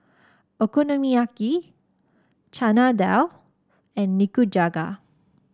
Okonomiyaki Chana Dal and Nikujaga